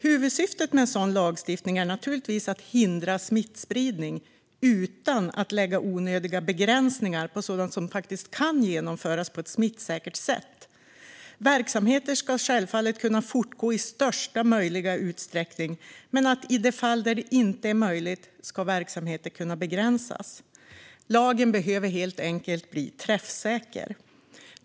Huvudsyftet med en sådan lagstiftning är naturligtvis att hindra smittspridning utan att lägga onödiga begränsningar på sådant som faktiskt kan genomföras på ett smittsäkert sätt. Verksamheter ska självfallet kunna fortgå i största möjliga utsträckning, men i de fall där detta inte är möjligt ska verksamheter kunna begränsas. Lagen behöver helt enkelt bli träffsäker.